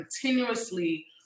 continuously